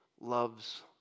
loves